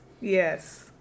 yes